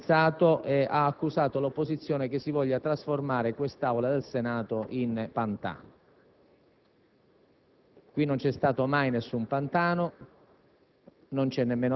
ha pensato e ha accusato l'opposizione di voler trasformare quest'Aula del Senato in un pantano. Qui non c'è stato mai alcun pantano,